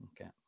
Okay